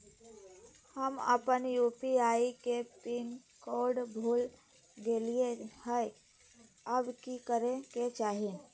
हम अपन यू.पी.आई के पिन कोड भूल गेलिये हई, अब की करे के चाही?